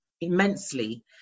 immensely